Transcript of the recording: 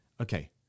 okay